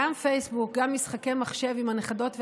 גם פייסבוק, גם משחקי מחשב עם הנכדות והנכדים,